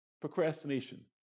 procrastination